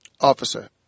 officer